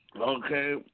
okay